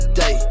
day